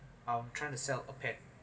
um trying to sell a pet